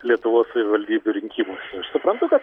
lietuvos savivaldybių rinkimuose suprantu kad